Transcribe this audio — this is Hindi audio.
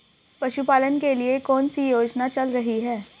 पशुपालन के लिए कौन सी योजना चल रही है?